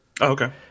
Okay